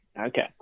okay